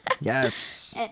yes